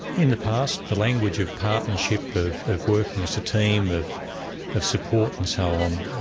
in the past the language of partnership, of of working as a team, of of support and so on